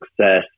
success